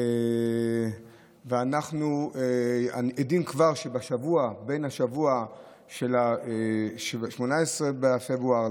אנחנו עדים כבר שמהשבוע של 18 בפברואר,